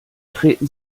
treten